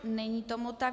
Není tomu tak.